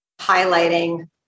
highlighting